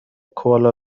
کوالا